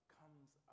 comes